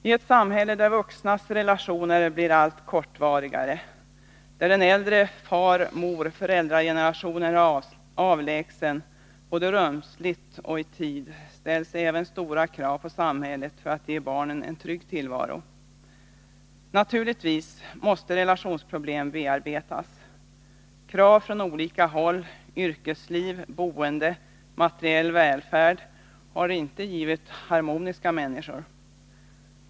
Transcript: I ett samhälle där vuxnas relationer blir allt kortvarigare, där äldre tiders föräldrarelationer är avlägsna både rumsligt och i tid, ställs även stora krav på samhället för att ge barren en trygg tillvaro. Relationsproblem måste naturligtvis bearbetas. Krav från olika håll, yrkesliv, boende och materiell välfärd har inte givit harmoniska människor.